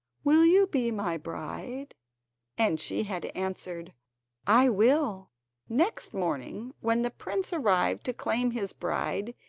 will you be my bride and she had answered i will next morning, when the prince arrived to claim his bride,